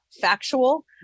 factual